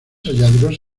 hallazgos